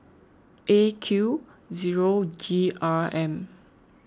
A Q zero G R M